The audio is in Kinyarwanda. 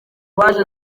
baje